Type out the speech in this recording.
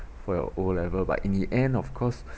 for your O level but in the end of course